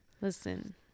Listen